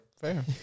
fair